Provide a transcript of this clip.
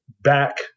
back